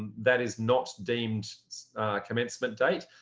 and that is not deemed commencement date,